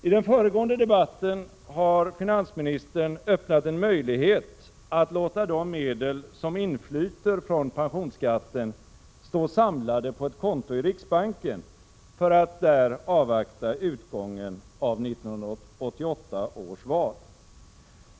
Finansministern har tidigare här i debatten öppnat en möjlighet att låta de medel som inflyter från pensionsskatten stå samlade på ett konto i riksbanken för att där avvakta utgången av 1988 års val.